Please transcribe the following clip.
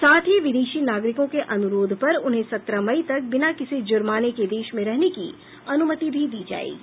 साथ ही विदेशी नागरिकों के अनुरोध पर उन्हें सत्रह मई तक बिना किसी जुर्माने के देश में रहने की अनुमति भी दी जाएगी